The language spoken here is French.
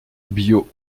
biot